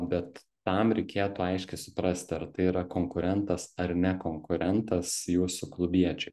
bet tam reikėtų aiškiai suprasti ar tai yra konkurentas ar ne konkurentas jūsų klubiečiui